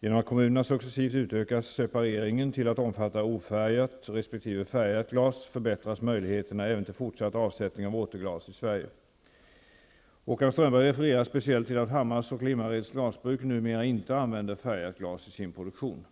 Genom att kommunerna successivt utökar separeringen till att omfatta ofärgat resp. färgat glas förbättras möjligheterna även till fortsatt avsättning av återglas i Sverige. Håkan Strömberg refererar speciellt till att Hammars och Limmareds glasbruk numera inte använder färgat glas i sin produktion.